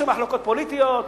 יש שם מחלוקות פוליטיות,